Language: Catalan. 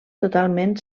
totalment